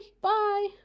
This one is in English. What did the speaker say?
Bye